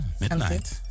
Midnight